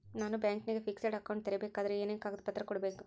ನಾನು ಬ್ಯಾಂಕಿನಾಗ fixed account ತೆರಿಬೇಕಾದರೆ ಏನೇನು ಕಾಗದ ಪತ್ರ ಕೊಡ್ಬೇಕು?